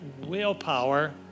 willpower